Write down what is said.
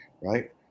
right